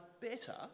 better